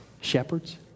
shepherds